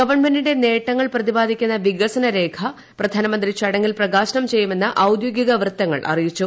ഗവൺമെന്റിന്റെ ന്ട്ടങ്ങൾ പ്രതിപാദിക്കുന്ന വികസനരേഖ പ്രധാനമന്ത്രി പ്രടങ്ങിൽ പ്രകാശനം ചെയ്യുമെന്ന് ഔദ്യോഗിക വൃത്തങ്ങൾ പറഞ്ഞു